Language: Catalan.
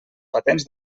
patents